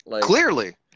Clearly